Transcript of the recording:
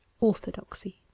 Orthodoxy